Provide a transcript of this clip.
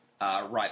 right